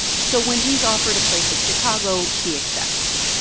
so when he's offered a place at chicago, he accepts.